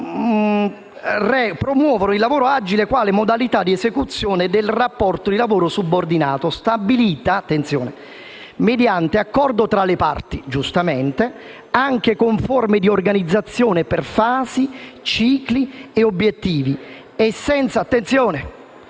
lavoro, promuovono il lavoro agile quale modalità di esecuzione del rapporto di lavoro subordinato stabilita mediante accordo tra le parti, anche con forme di organizzazione per fasi, cicli e obiettivi